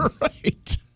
Right